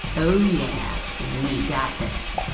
oh yeah, we got this.